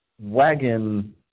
wagon